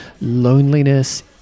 loneliness